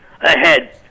ahead